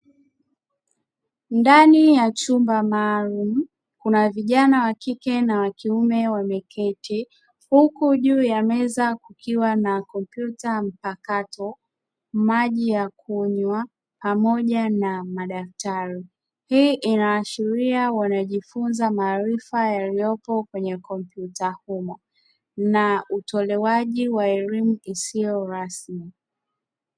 Ndani ya chumba maalumu, kuna vijana wa kike na wa kiume wameketi, huku juu ya meza kukiwa na kompyuta mpakato, maji ya kunywa, pamoja na madaftari. Hii inaashiria wanajifunza maarifa yaliyopo kwenye kompyuta humo na utolewaji wa elimu isiyo rasmi.